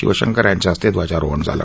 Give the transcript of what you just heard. शिवशंकर यांच्याहस्ते ध्वजारोहण झालं